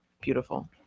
beautiful